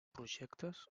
projectes